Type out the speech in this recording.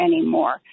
anymore